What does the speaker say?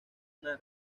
una